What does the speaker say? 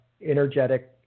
energetic